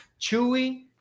chewy